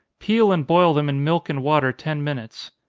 peel and boil them in milk and water ten minutes.